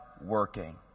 working